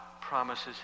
promises